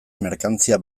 merkantzia